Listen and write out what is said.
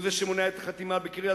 הוא זה שמונע את החתימה בקריית-ספר,